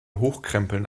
hochkrempeln